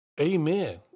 Amen